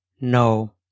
No